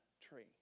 tree